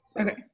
Okay